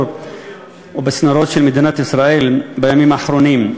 ובצינורות של מדינת ישראל בימים האחרונים,